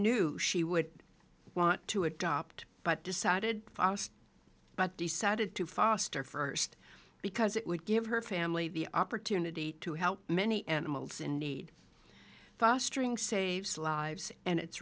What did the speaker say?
knew she would want to adopt but decided but decided to foster first because it would give her family the opportunity to help many animals in need fostering saves lives and it's